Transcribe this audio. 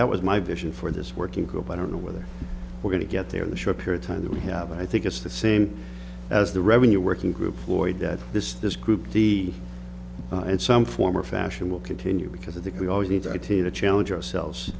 that was my vision for this working group i don't know whether we're going to get there in the short period time that we have i think it's the same as the revenue working group floyd that this this group d in some form or fashion will continue because i think we always need to add to the challenge ourselves